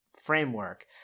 framework